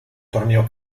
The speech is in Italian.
torneo